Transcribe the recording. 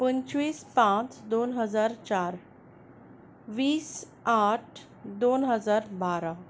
पंचवीस पांच दोन हजार चार वीस आठ दोन हजार बारा